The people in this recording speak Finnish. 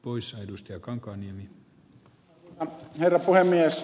arvoisa herra puhemies